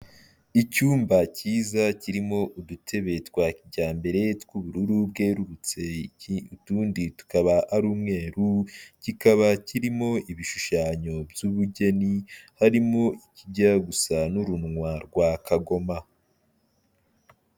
Icyumba cyiza kirimo udutebe twa kijyambere tw'ubururu bwerurutse, utundi tukaba ari umweru, kikaba kirimo ibishushanyo by'ubugeni, harimo ikijya gusa n'urunwa rwa kagoma.